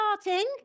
starting